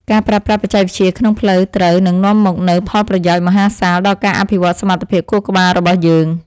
ការប្រើប្រាស់បច្ចេកវិទ្យាក្នុងផ្លូវត្រូវនឹងនាំមកនូវផលប្រយោជន៍មហាសាលដល់ការអភិវឌ្ឍសមត្ថភាពខួរក្បាលរបស់យើង។